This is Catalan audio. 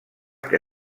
que